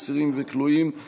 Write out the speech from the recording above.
אסירים וכלואים),